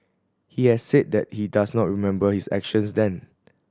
he had said that he does not remember his actions then